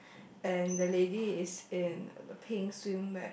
and the lady is in the pink swimwear